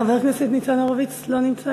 שאלה מעניינת.